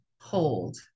Hold